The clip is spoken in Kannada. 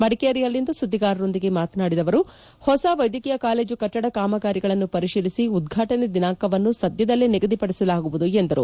ಮಡಿಕೇರಿಯಲ್ಲಿಂದು ಸುದ್ದಿಗಾರರೊಂದಿಗೆ ಮಾತನಾಡಿದ ಅವರು ಹೊಸ ವೈದ್ಯಕೀಯ ಕಾಲೇಜು ಕಟ್ಟಡ ಕಾಮಗಾರಿಗಳನ್ನು ಪರಿಶೀಲಿಸಿ ಉದ್ಘಾಟನೆ ದಿನಾಂಕವನ್ನು ಸದ್ಯದಲ್ಲೇ ನಿಗದಿಪಡಿಸಲಾಗುವುದು ಎಂದರು